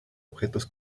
objetos